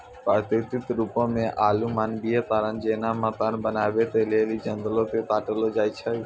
प्राकृतिक रुपो से आरु मानवीय कारण जेना मकान बनाबै के लेली जंगलो के काटलो जाय छै